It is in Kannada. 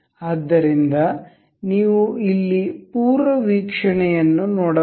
ಆದ್ದರಿಂದ ನೀವು ಇಲ್ಲಿ ಪೂರ್ವವೀಕ್ಷಣೆಯನ್ನು ನೋಡಬಹುದು